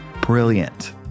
Brilliant